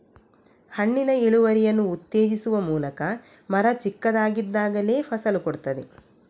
ಹಣ್ಣಿನ ಇಳುವರಿಯನ್ನು ಉತ್ತೇಜಿಸುವ ಮೂಲಕ ಮರ ಚಿಕ್ಕದಾಗಿದ್ದಾಗಲೇ ಫಸಲು ಕೊಡ್ತದೆ